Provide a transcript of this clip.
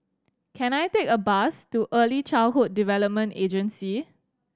can I take a bus to Early Childhood Development Agency